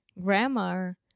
grammar